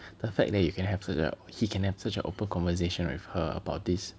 the fact that you can have such a he can have such a open conversation with her about this